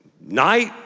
night